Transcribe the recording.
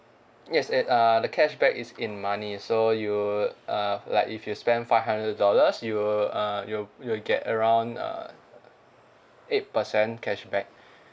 yes it uh the cashback is in money so you uh like if you spend five hundred dollars you will uh you'll you'll get around err eight percent cashback